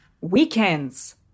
weekends